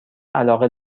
علاقه